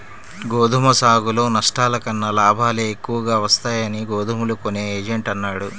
గోధుమ సాగులో నష్టాల కన్నా లాభాలే ఎక్కువగా వస్తాయని గోధుమలు కొనే ఏజెంట్ అన్నాడు